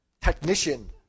technician